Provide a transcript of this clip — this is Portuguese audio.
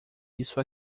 isso